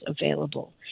available